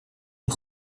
een